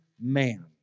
man